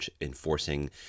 enforcing